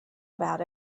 about